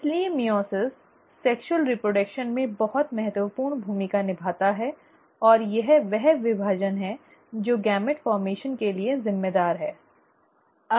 इसलिए meiosis sexual reproduction में बहुत महत्वपूर्ण भूमिका निभाता है और यह वह विभाजन है जो युग्मक निर्माण के लिए जिम्मेदार है